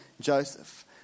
joseph